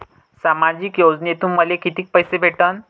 सामाजिक योजनेतून मले कितीक पैसे भेटन?